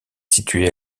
située